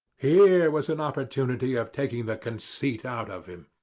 here was an opportunity of taking the conceit out of him.